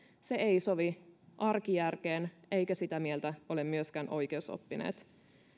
se ei sovi arkijärkeen eivätkä sitä mieltä ole myöskään oikeusoppineet